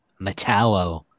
Metallo